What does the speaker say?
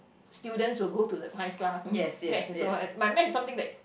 students will got to the science class no maths and so on my maths is something that